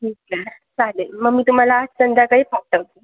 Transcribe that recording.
ठीक आहे चालेल मग मी तुम्हाला आज संध्याकाळी पाठवते